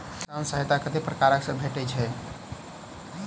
किसान सहायता कतेक पारकर सऽ भेटय छै?